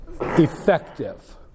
effective